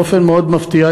באופן מאוד מפתיע,